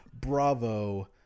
Bravo